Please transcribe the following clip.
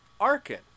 Arkin